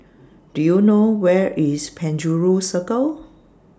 Do YOU know Where IS Penjuru Circle